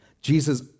Jesus